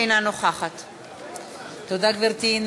אינה נוכחת תודה, גברתי.